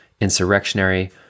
insurrectionary